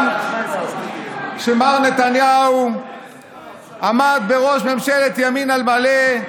גם כשמר נתניהו עמד בראש ממשלת ימין על מלא,